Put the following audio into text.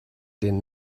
den